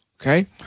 okay